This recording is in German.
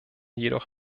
jedoch